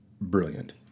brilliant